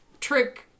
trick